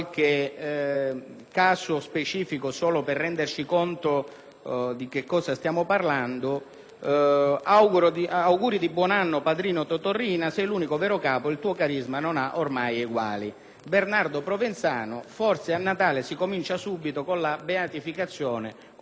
caso specifico perché possiamo renderci conto di che cosa stiamo parlando: «Auguri di buon anno, padrino Totò Riina, sei l'unico vero capo, il tuo carisma non ha ormai eguali»; «Bernardo Provenzano, forse a Natale si comincia subito con la beatificazione. Onore al re»;